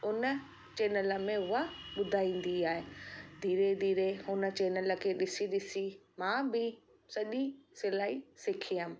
हुन चैनल में उहा ॿुधाईंदी आहे धीरे धीरे हुन चैनल खे ॾिसी ॾिसी मां बि सॼी सिलाई सिखी हुअमि